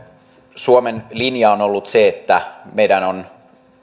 suomen linja on ollut se että meidän on